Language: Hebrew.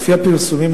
לפי הפרסומים,